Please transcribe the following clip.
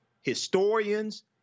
historians